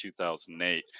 2008